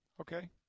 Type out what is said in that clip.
Okay